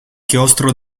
chiostro